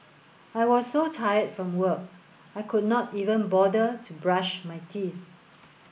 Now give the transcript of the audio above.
I was so tired from work I could not even bother to brush my teeth